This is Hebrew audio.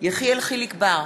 יחיאל חיליק בר,